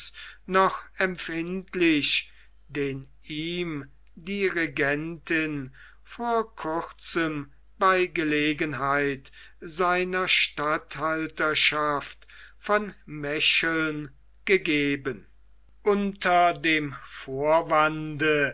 noch empfindlich den ihm die regentin vor kurzem bei gelegenheit seiner statthalterschaft von mecheln gegeben unter dem vorwande